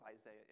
Isaiah